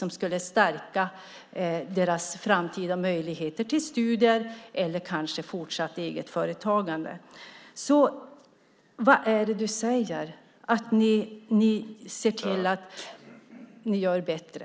Det skulle stärka deras framtida möjligheter till studier eller kanske fortsatt eget företagande. Vad är det du säger, Maria Plass? Vad är det ni ser till att ni gör bättre?